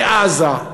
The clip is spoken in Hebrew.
בעזה?